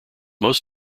most